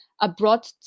abroad